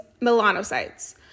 melanocytes